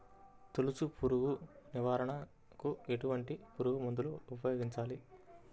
తొలుచు పురుగు నివారణకు ఎటువంటి పురుగుమందులు ఉపయోగించాలి?